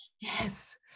yes